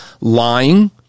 lying